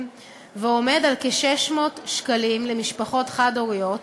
ועומד על כ-600 שקלים למשפחות חד-הוריות